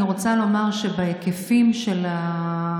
אני רוצה לומר שבהיקפים של הפשיעה